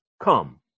come